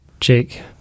Jake